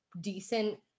decent